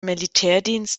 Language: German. militärdienst